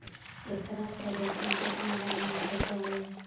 एकरा से अधिकतम केतना लोन मिल सक हइ?